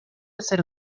hacer